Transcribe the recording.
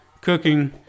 Cooking